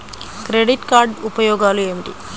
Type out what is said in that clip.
Credit card ఉపయోగాలు ఏమిటి?